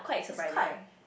it's quite